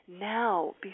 now